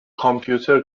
کامپیوتر